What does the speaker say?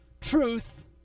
truth